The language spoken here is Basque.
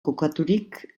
kokaturik